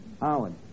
Howard